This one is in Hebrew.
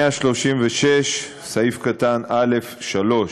117(א)(2), 136(א)(3),